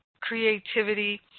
creativity